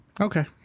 okay